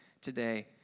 today